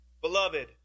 Beloved